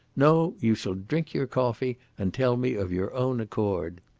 no, you shall drink your coffee and tell me of your own accord.